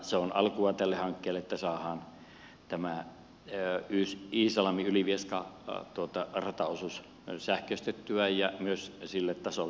se on alkua tälle hankkeelle että saadaan tämä iisalmiylivieska rataosuus sähköistettyä ja myös sille tasolle mikä sille kuuluu